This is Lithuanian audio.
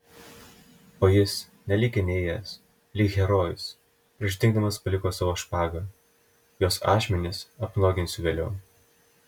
o jis nelyg enėjas lyg herojus prieš dingdamas paliko savo špagą jos ašmenis apnuoginsiu vėliau